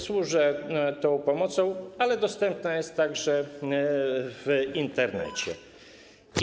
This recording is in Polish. Służę tą pomocą, ale dostępna jest także w Internecie.